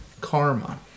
karma